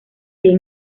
bien